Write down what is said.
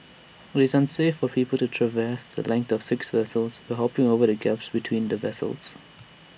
IT is unsafe for people to traverse the length of six vessels by hopping over the gaps between the vessels